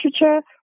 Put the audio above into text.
literature